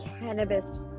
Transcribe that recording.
cannabis